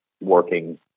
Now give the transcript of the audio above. working